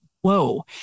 Whoa